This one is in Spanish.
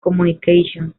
communications